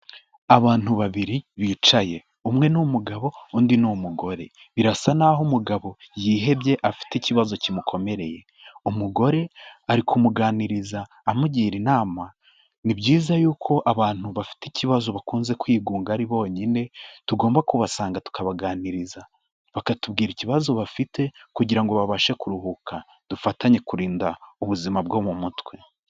Abantu babiri bicaye, umwe ni umugabo undi ni umugore, birasa n'aho umugabo yihebye afite ikibazo kimukomereye, umugore ari kumuganiriza amugira inama, ni byiza yuko abantu bafite ikibazo bakunze kwigunga ari bonyine tugomba kubasanga tukabaganiriza, bakatubwira ikibazo bafite kugira ngo babashe kuruhuka, dufatanye kurinda ubuzima bwo mu mutwe.